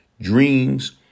Dreams